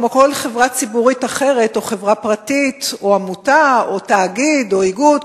כמו כל חברה ציבורית אחרת או חברה פרטית או עמותה או תאגיד או איגוד,